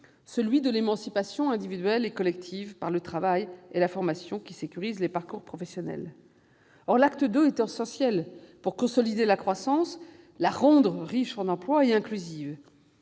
celui de l'émancipation individuelle et collective par le travail et la formation, qui sécurise les parcours professionnels. Or cet acte II est essentiel pour consolider la croissance et la rendre riche en emplois et inclusive.